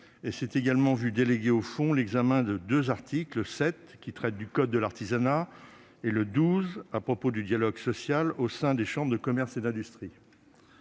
et s'est également vu déléguer au fond l'examen de deux articles, l'article 7, qui traite du code de l'artisanat, et l'article 12, relatif au dialogue social au sein des chambres de commerce et d'industrie